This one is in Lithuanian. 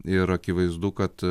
ir akivaizdu kad